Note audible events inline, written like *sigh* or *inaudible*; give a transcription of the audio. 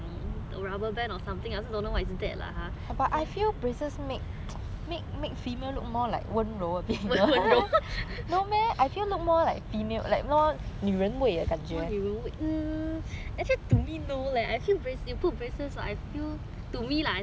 rubber band or something I also don't know what is it that lah 温柔 *laughs* more 女人味 um actually to me no leh I feel you put braces like I feel to me lah I think